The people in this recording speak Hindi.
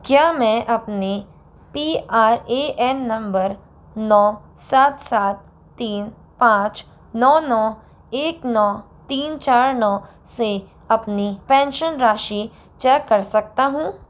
क्या मैं अपने P R A N number नौ सात सात तीन पाँच नौ नौ एक नौ तीन चार नौ से अपनी पेंशन राशि चेक कर सकता हूँ